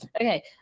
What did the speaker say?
Okay